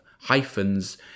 hyphens